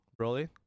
Broly